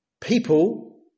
People